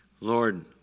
Lord